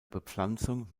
bepflanzung